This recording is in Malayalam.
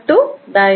M